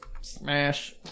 smash